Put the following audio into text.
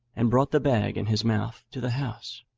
and brought the bag in his mouth to the house.